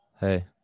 Hey